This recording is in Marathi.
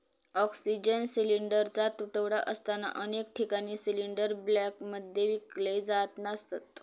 ऑक्सिजन सिलिंडरचा तुटवडा असताना अनेक ठिकाणी सिलिंडर ब्लॅकमध्ये विकले जात असत